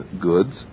goods